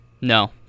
no